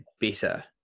better